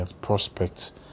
prospects